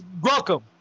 Welcome